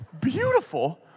Beautiful